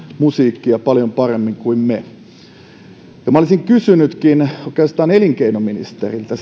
musiikkia paljon paremmin kuin me olisin kysynytkin elinkeinoministeriltä